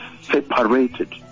separated